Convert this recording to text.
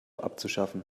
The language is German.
abzuschaffen